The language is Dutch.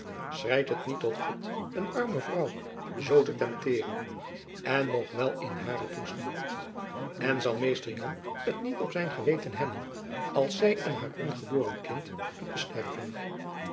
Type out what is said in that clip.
schreit het niet tot god een arme vrouw zoo te temteeren en nog wel in haren toestand en zal mr jan het niet op zijn geweten hebben als zy en haar ongeboren kind het besterven